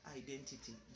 identity